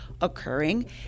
occurring